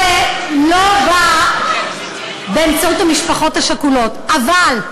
החוק הזה לא בא באמצעות המשפחות השכולות, אבל,